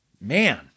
man